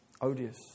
odious